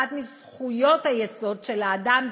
אחת מזכויות היסוד של האדם,